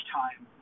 time